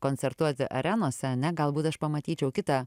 koncertuoti arenose ane galbūt aš pamatyčiau kitą